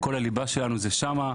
כל הליבה שלנו זה שם,